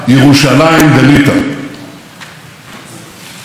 רק בית הכנסת כוראל שרד את החורבן,